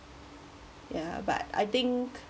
ya but I think